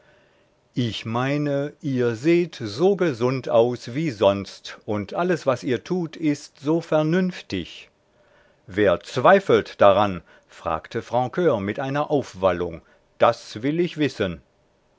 ich meine ihr seht so gesund aus wie sonst und alles was ihr tut ist so vernünftig wer zweifelt daran fragte francur mit einer aufwallung das will ich wissen